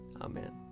Amen